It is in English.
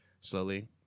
slowly